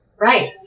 Right